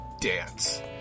Dance